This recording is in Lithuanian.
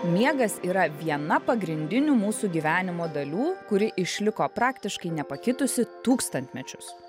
miegas yra viena pagrindinių mūsų gyvenimo dalių kuri išliko praktiškai nepakitusi tūkstantmečius